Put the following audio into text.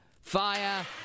fire